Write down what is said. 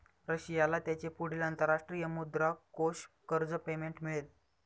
रशियाला त्याचे पुढील अंतरराष्ट्रीय मुद्रा कोष कर्ज पेमेंट मिळेल